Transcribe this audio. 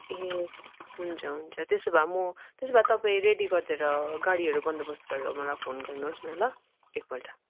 ए हुन्छ हुन्छ त्यसो भए म त्यसो भए रेडी गरिदिएर गाडीहरू बन्दोबस्त गरेर मलाई फोन गर्नुहोस् न ल एकपल्ट